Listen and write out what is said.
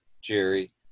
Jerry